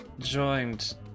Joined